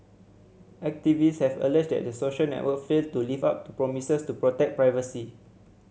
activists have alleged that the social network failed to live up to promises to protect privacy